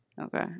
Okay